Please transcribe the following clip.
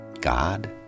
God